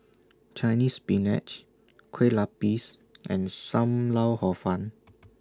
Chinese Spinach Kueh Lapis and SAM Lau Hor Fun